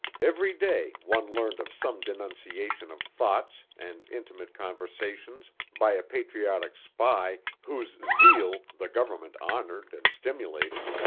every day one learned of some denunciation of thoughts and intimate conversations by a patriotic spy whose zeal the government honored and stimulated.